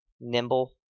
nimble